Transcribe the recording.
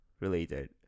related